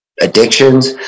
addictions